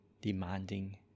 demanding